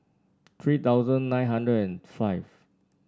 three thousand nine hundred and five